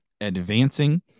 advancing